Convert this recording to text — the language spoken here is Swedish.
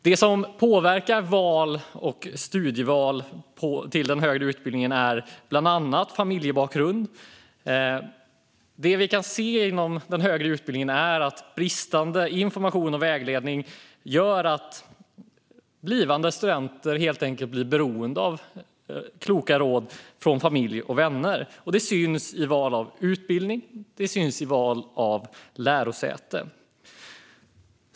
Det som påverkar valen till högre utbildning är bland annat familjebakgrund. Det vi kan se inom den högre utbildningen är att bristande information och vägledning gör att blivande studenter blir beroende av kloka råd från familj och vänner, vilket syns i val av utbildning och lärosäte.